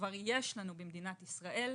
כבר יש לנו במדינת ישראל.